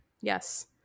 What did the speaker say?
Yes